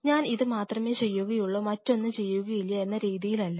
ഞാൻ ഇത് മാത്രമേ ചെയ്യുകയുള്ളൂ മറ്റൊന്ന് ചെയ്യുകയില്ല എന്ന രീതിയിൽ അല്ല